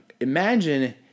Imagine